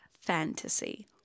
fantasy